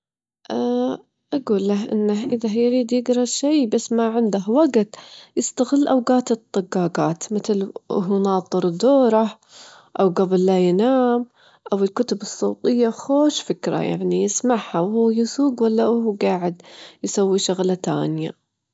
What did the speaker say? راح استخدم الوجت علشان أحسن بعض القرارات اللي اتخدتها في الأسبوع، يعني أسوي تغيرات صغيرة على مشاريعي الحالية عشان تكون أفضل، ممكن ما -ما عندي فكرة يعني أيش لون -أيش لون الحاجات اللي أغيرها لكن ممكن.